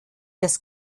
das